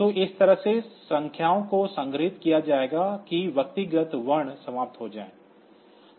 तो इस तरह से संख्याओं को संग्रहीत किया जाएगा कि व्यक्तिगत वर्ण समाप्त हो जाएंगे